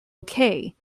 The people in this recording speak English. okay